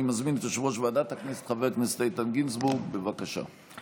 אני מזמין את חבר הכנסת איתן גינזבורג, בבקשה.